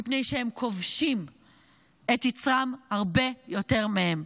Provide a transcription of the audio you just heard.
מפני שהם כובשים את יצרם הרבה יותר מהם.